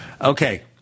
Okay